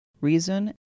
reason